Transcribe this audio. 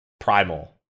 primal